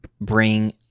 bring